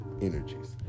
energies